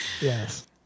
Yes